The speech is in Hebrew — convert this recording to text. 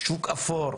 שוק אפור.